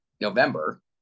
November